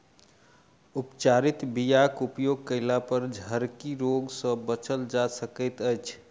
उपचारित बीयाक उपयोग कयलापर झरकी रोग सँ बचल जा सकैत अछि